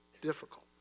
difficult